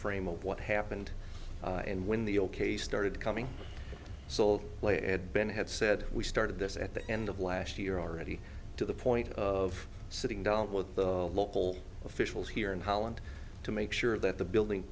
frame of what happened and when the ok started coming so late had been had said we started this at the end of last year already to the point of sitting down with the local officials here in holland to make sure that the building